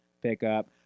pickup